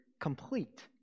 complete